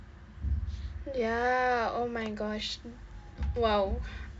ya oh my gosh !wow!